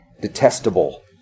detestable